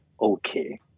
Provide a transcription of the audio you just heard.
okay